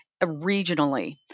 regionally